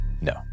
no